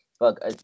Look